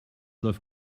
läuft